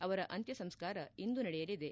ಅವರ ಅಂತ್ಯ ಸಂಸ್ತಾರ ಇಂದು ನಡೆಯಲಿದೆ